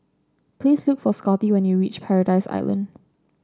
please look for Scotty when you reach Paradise Island